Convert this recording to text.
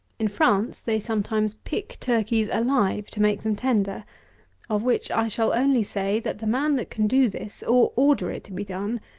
in france they sometimes pick turkeys alive, to make them tender of which i shall only say, that the man that can do this, or order it to be done,